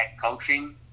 coaching